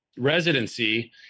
residency